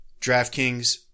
DraftKings